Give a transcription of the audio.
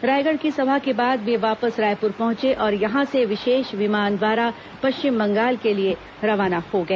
रायगढ़ की सभा के बाद वे वापस रायपुर पहुंचे और यहां से विशेष विमान द्वारा पश्चिम बंगाल के लिए रवाना हो गए